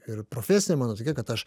ir profesija mano tokia kad aš